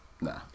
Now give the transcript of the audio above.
nah